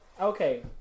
Okay